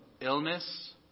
illness